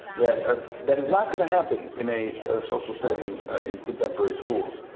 that ah that is not going to happen in a social setting in contemporary schools.